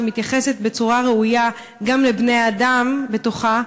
שמתייחסת בצורה ראויה גם לבני-האדם בתוכה,